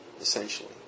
essentially